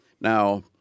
Now